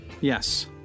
Yes